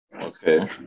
Okay